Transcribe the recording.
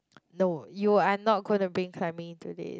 no you are not gonna be climbing today